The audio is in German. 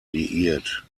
liiert